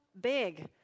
big